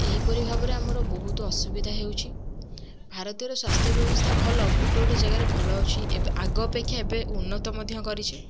ଏହିପରି ଭାବରେ ଆମର ବହୁତୁ ଅସୁବିଧା ହେଉଛି ଭାରତର ସ୍ୱାସ୍ଥ୍ୟ ବ୍ୟବସ୍ଥା ଭଲ ଗୋଟେ ଗୋଟେ ଜେଗାରେ ଭଲ ଅଛି ଏବ ଆଗ ଅପେକ୍ଷା ଏବେ ଉନ୍ନତମଧ୍ୟ କରିଛି